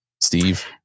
steve